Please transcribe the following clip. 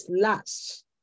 last